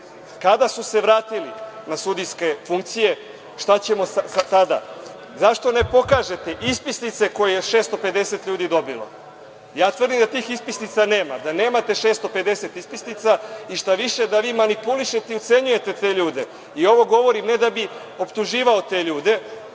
kada su se vratili na sudijske funkcije, šta ćemo za tada. Zašto ne pokažete ispisnice koje je 650 ljudi dobilo. Tvrdim da tih ispisnica nema, da nemate 650 ispisnica i šta više da vi manipulišete i ucenjujete te ljude. Ovo govorim ne da bih optuživao te ljude,